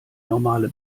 normale